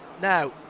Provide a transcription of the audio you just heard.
Now